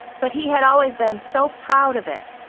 but he had always been so proud of it,